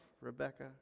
Rebecca